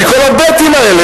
מכל הבי"תים האלה,